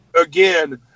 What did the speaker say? again